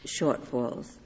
shortfalls